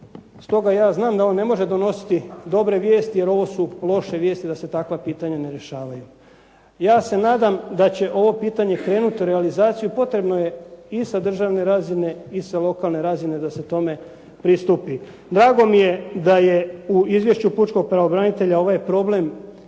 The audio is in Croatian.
stoga ja znam da on ne može donositi dobre vijesti jer ovo su loše vijesti da se takva pitanja ne rješavaju. Ja se nadam da će ovo pitanje krenuti u realizaciju. Potrebno je i sa državne razine i sa lokalne razine da se tome pristupi. Drago mi je da je u izvješću pučkog pravobranitelja ovaj problem